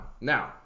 Now